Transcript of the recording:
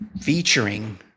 Featuring